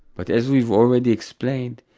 but as we've already explained,